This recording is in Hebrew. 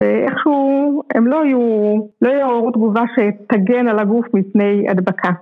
ואיכשהו הם לא יהיו, לא יעוררו תגובה שתגן על הגוף בפני הדבקה